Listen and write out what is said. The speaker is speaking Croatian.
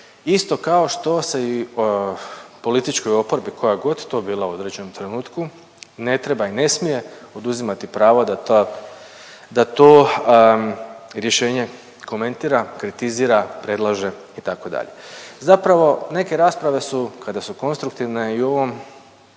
Isto kao što se i političkoj oporbi koja god to bila u određenom trenutku, ne treba i ne smije oduzimati pravo da ta, da to rješenje komentira, kritizira, predlaže itd. Zapravo neke rasprave su kada su konstruktivne i u ovom